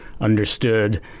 understood